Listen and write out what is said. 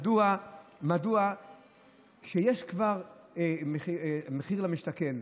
מדוע כשכבר יש מחיר למשתכן,